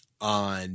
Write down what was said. on